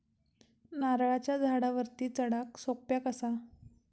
नारळाच्या झाडावरती चडाक सोप्या कसा?